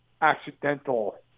accidental